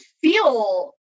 feel